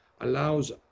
allows